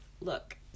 look